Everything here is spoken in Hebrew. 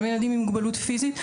גם ילדים עם מוגבלות פיזית,